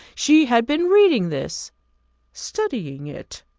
she had been reading this studying it.